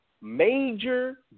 major